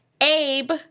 Abe